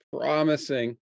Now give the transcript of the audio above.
promising